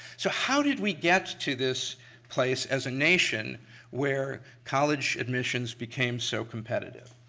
so how did we get to this place as a nation where college admissions became so competitive.